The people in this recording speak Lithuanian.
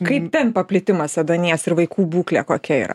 kaip ten paplitimas ėduonies ir vaikų būklė kokia yra